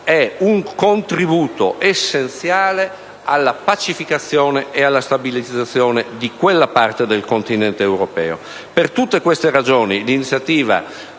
è un contributo essenziale alla pacificazione e alla stabilizzazione di quella parte del continente europeo. Per tutte queste ragioni, l'iniziativa